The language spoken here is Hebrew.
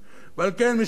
משום שגם ייאושי,